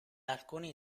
alcuni